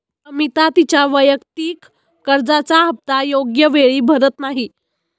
अमिता तिच्या वैयक्तिक कर्जाचा हप्ता योग्य वेळी भरत नाही